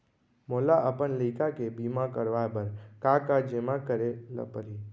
मोला अपन लइका के बीमा करवाए बर का का जेमा करे ल परही?